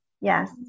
Yes